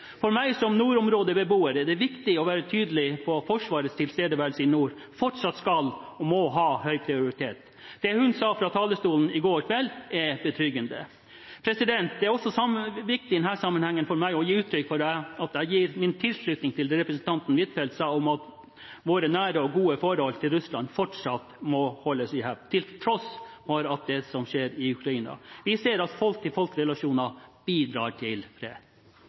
For meg som nordområdebeboer er det viktig å være tydelig på at Forsvarets tilstedeværelse i nord fortsatt skal og må ha høy prioritet. Det forsvarsministeren sa fra talerstolen i går kveld, er betryggende. Det er også viktig for meg i denne sammenhengen å gi uttrykk for at jeg gir en tilslutning til det representanten Huitfeldt sa om at vårt nære og gode forhold til Russland fortsatt må holdes i hevd, til tross for alt det som skjer i Ukraina. Vi ser at folk til folk-relasjoner bidrar til